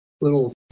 little